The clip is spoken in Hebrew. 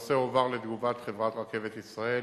הנושא הועבר לתגובת חברת "רכבת ישראל",